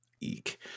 Eek